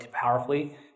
powerfully